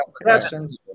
questions